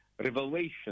Revelation